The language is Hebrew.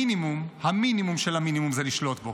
המינימום של המינימום זה לשלוט בו